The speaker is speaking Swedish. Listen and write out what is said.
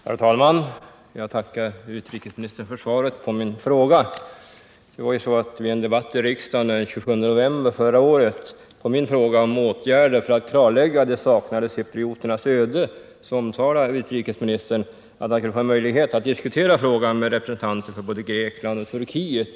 Herr talman! Jag tackar utrikesministern för svaret på min fråga. Vid en debatt i riksdagen den 27 november förra året och som svar på min fråga om åtgärder för att klarlägga de saknade cyprioternas öde framhöll utrikesministern att han skulle få möjlighet att diskutera frågan med representanter för både Grekland och Turkiet.